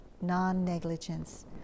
non-negligence